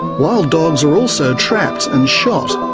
wild dogs are also trapped and shot,